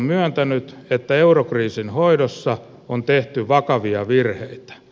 totean että vaali on tehty vakavia virheitä